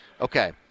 Okay